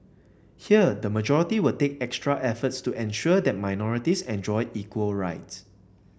here the majority will take extra efforts to ensure that minorities enjoy equal rights